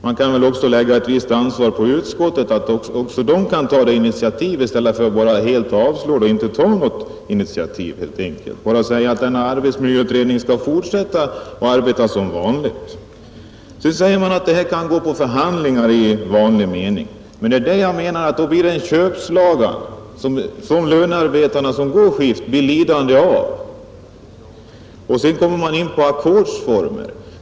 Man kan väl också lägga ett visst ansvar på utskottet att även ta initiativ i stället för att bara helt enkelt avstyrka och inte ta något initiativ utan bara säga att denna arbetsmiljöutredning skall fortsätta att arbeta som vanligt. Sedan säger man att denna fråga kan lösas genom förhandlingar i vanlig mening. Men det är det jag menar att då blir det en köpslagan som lönearbetarna som går i skift blir lidande på. Därefter kommer man in på ackordsformer.